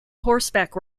horseback